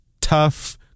tough